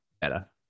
better